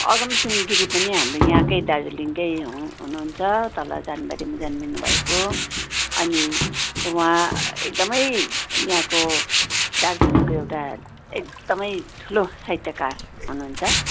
अगमसिंह गिरी पनि हाम्रो यहाँकै दार्जिलिङकै हु हुनुहुन्छ तल चाँदबारीमा जन्मिनु भएको अनि उहाँ एकदमै यहाँको दार्जिलिङको एउटा एकदमै ठुलो साहित्यकार हुनुहुन्छ